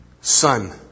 Son